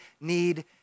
need